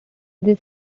this